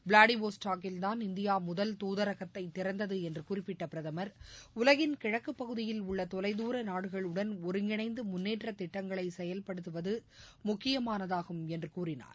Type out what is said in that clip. விளாடிவோஸ்டாக்கில்தான் India முதல் தூதரகத்தை திறந்தது என்று குறிப்பிட்ட பிரதமா் உலகின் கிழக்குப் பகுதியில் உள்ள தொலைதூர நாடுகளுடன் ஒருங்கிணைந்து முன்னேற்ற திட்டங்களை செயல்படுத்துவது முக்கியமானதாகும் என்று கூறினார்